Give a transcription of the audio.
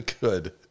Good